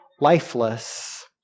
lifeless